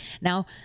Now